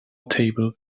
table